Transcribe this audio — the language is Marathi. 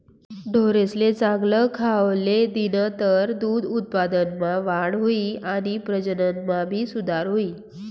ढोरेसले चांगल खावले दिनतर दूध उत्पादनमा वाढ हुई आणि प्रजनन मा भी सुधार हुई